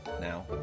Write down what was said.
now